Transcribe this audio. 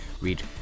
read